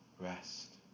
rest